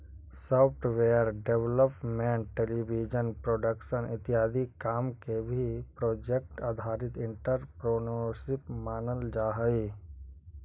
software development television production इत्यादि काम के भी प्रोजेक्ट आधारित एंटरप्रेन्योरशिप मानल जा हई